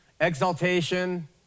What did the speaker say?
exaltation